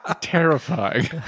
terrifying